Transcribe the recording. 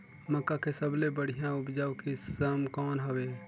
मक्का के सबले बढ़िया उपजाऊ किसम कौन हवय?